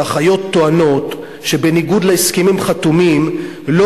האחיות טוענות שבניגוד להסכמים חתומים לא